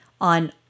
on